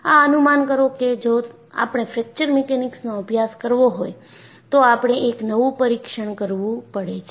આ અનુમાન કરો કે જો આપણે ફ્રેકચર મિકેનિક્સનો અભ્યાસ કરવો હોય તો આપણે એક નવું પરીક્ષણ કરવું પડે છે